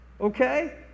Okay